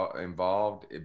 involved